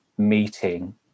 meeting